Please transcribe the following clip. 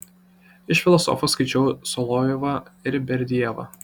iš filosofų skaičiau solovjovą ir berdiajevą